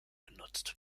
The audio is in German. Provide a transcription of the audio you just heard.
benutzt